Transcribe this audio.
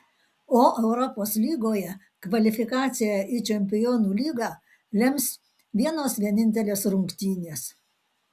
o europos lygoje kvalifikaciją į čempionų lygą lems vienos vienintelės rungtynės